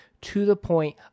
to-the-point